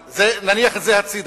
אבל נניח את זה הצדה.